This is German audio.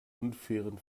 unfairen